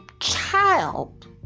child